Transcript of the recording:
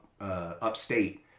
upstate